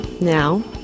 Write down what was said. Now